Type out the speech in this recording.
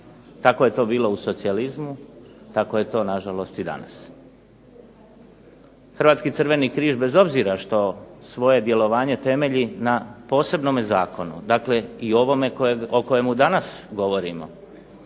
kako je to bilo u socijalizmu, tako je to na žalost i danas. Hrvatski crveni križ bez obzira što svoje djelovanje temelji na posebnome zakonu, dakle i ovome o kojemu danas govorimo,